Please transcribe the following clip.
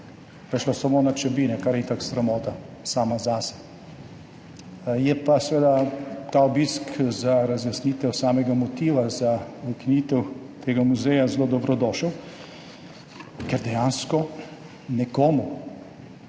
je šla samo na Čebine, kar je itak sramota sama zase. Je pa seveda ta obisk za razjasnitev samega motiva za ukinitev tega muzeja zelo dobrodošel, ker dejansko nekdo,